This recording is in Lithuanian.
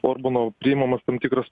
orbano priimamas tam tikras